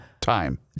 time